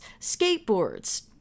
skateboards